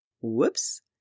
Whoops